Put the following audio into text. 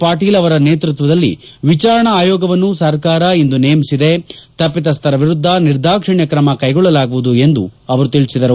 ಪಾಟೀಲ್ ಅವರ ನೇತ್ವತ್ವದಲ್ಲಿ ವಿಚಾರಣಾ ಆಯೋಗವನ್ನು ಸರ್ಕಾರ ಇಂದು ನೇಮಿಸಿದೆ ತಪ್ಪಿತಸ್ವರ ವಿರುದ್ದ ನಿರ್ದಾಕ್ಷಣ್ಯ ತ್ರಮ ಕೈಗೊಳ್ಳಲಾಗುವುದು ಎಂದು ಅವರು ತಿಳಿಸಿದರು